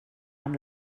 amb